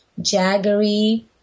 jaggery